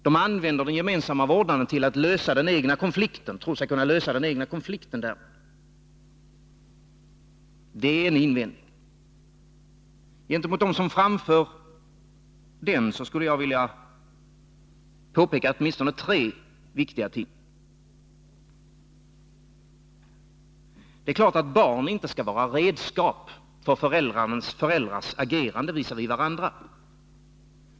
De använder den gemensamma vårdnaden därför att de tror sig på det sättet kunna lösa den egna konflikten. Det är en invändning. Gentemot dem som framför den skulle jag vilja påpeka åtminstone tre viktiga ting. Det är klart att barn inte skall vara redskap för föräldrars agerande visavi varandra.